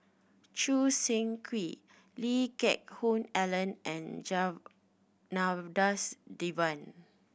Choo Seng Quee Lee Geck Hoon Ellen and Janadas Devan